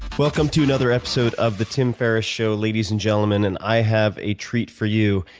welcome to another episode of the tim ferriss show, ladies and gentlemen. and i have a treat for you.